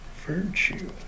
virtue